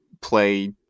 play